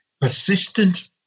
Persistent